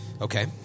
Okay